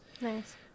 nice